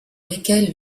lesquelles